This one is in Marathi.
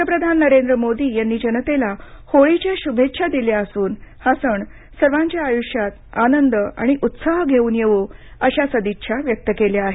पंतप्रधान नरेंद्र मोदी यांनी जनतेला होळीच्या शुभेच्छा दिल्या असून हा सण सर्वांच्या आयुष्यात आनंद आणि उत्साह घेऊन येवो अशी सदिच्छा व्यक्त केली आहे